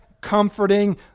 comforting